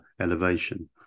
elevation